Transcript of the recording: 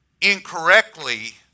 incorrectly